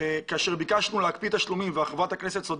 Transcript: כאשר ביקשנו להקפיא את התשלומים וצודקת חברת הכנסת,